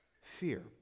Fear